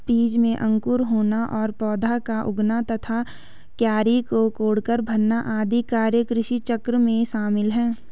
बीज में अंकुर होना और पौधा का उगना तथा क्यारी को कोड़कर भरना आदि कार्य कृषिचक्र में शामिल है